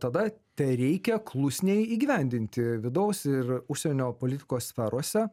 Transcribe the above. tada tereikia klusniai įgyvendinti vidaus ir užsienio politikos sferose